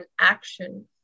action